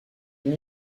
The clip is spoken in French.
une